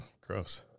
gross